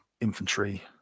infantry